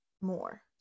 more